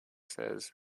says